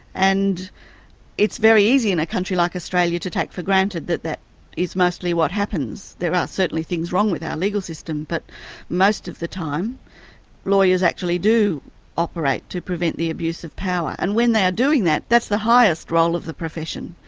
and it's very easy in a country like australia to take for granted that that is mostly what happens. there are certainly things wrong with our legal system, but most of the time lawyers actually do operate to prevent the abuse of power. and when they are doing that, that's the highest role of the profession.